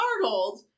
startled